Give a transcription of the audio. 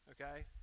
okay